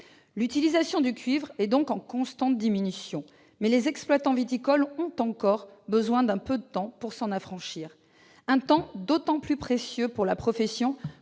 L'utilisation du cuivre est donc en constante diminution, mais les exploitants viticoles ont encore besoin d'un peu de temps pour s'en affranchir. Un temps d'autant plus précieux pour la profession